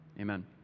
Amen